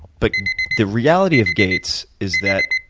but the reality of gates is that